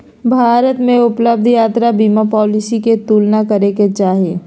भारत में उपलब्ध यात्रा बीमा पॉलिसी के तुलना करे के चाही